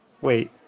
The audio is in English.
wait